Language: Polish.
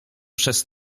przez